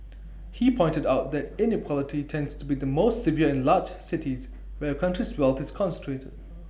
he pointed out that inequality tends to be the most severe in large cities where A country's wealth is concentrated